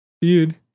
Dude